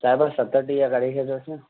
साहिबु सतटीह करे छॾियोसि न